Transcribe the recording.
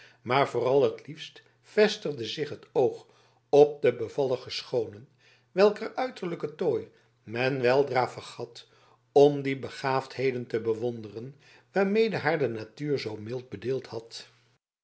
maar vooral en liefst vestigde zich het oog op de bevallige schoonen welker uiterlijken tooi men weldra vergat om die begaafdheden te bewonderen waarmede haar de natuur zoo mild bedeeld had